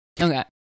okay